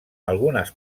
algunes